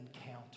encounter